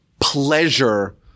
pleasure